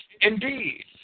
Indeed